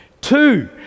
Two